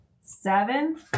Seven